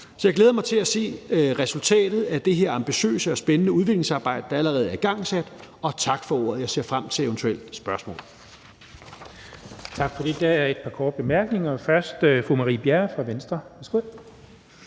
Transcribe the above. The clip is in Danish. Så jeg glæder mig til at se resultatet af det her ambitiøse og spændende udviklingsarbejde, der allerede er igangsat, og tak for ordet. Jeg ser frem til eventuelle spørgsmål. Kl. 12:29 Den fg. formand (Jens Henrik Thulesen Dahl): Tak for det. Der